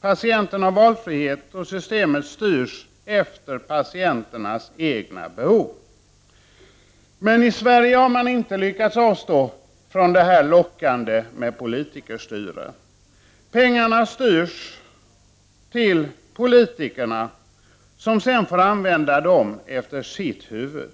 Patienten har valfrihet, och systemet styrs efter patientens egna behov. Men i Sverige har man inte lyckats avstå från det lockande med politikerstyre. Pengarna styrs till politikerna, som sedan får använda dem efter sitt huvud.